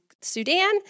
Sudan